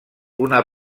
una